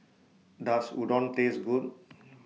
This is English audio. Does Udon Taste Good